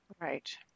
Right